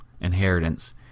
inheritance